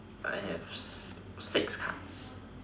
I have six cards